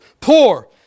Poor